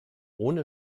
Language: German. ohne